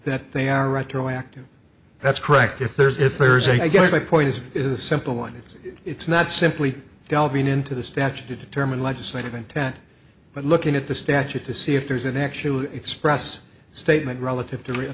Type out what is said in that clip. that they are retroactive that's correct if there's if there's a i guess my point is is simple one it's it's not simply delving into the statute to determine legislative intent but looking at the statute to see if there's an actual express statement relative to a rea